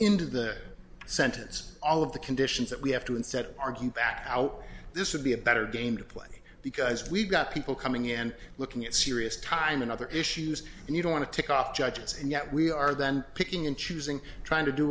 into the sentence all of the conditions that we have to instead argue back out this would be a better game to play because we've got people coming in and looking at serious time and other issues and you don't want to tick off judges and yet we are then picking and choosing trying to do